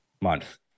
month